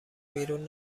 بیرون